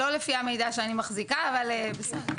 לא לפי המידע שאני מחזיקה, אבל בסדר.